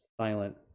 silent